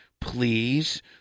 please